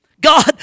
God